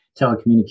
telecommunications